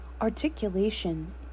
Articulation